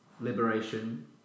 liberation